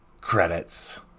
credits